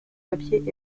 papiers